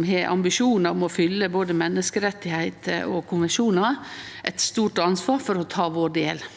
med ambisjonar om å følgje både menneskerettar og konvensjonar, eit stort ansvar for å ta vår del.